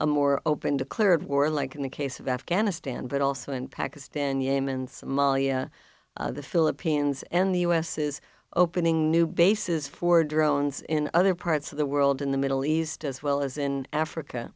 a more open declared war like in the case of afghanistan but also in pakistan yemen somalia the philippines and the u s is opening new bases for drones in other parts of the world in the middle east as well as in africa